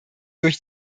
durch